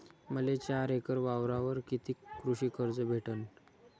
मले चार एकर वावरावर कितीक कृषी कर्ज भेटन?